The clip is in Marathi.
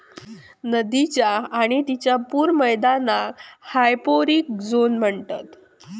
नदीच्य आणि तिच्या पूर मैदानाक हायपोरिक झोन म्हणतत